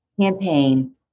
campaign